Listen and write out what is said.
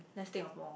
let's think of more